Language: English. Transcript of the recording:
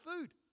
food